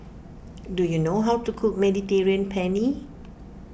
do you know how to cook Mediterranean Penne